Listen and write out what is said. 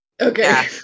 Okay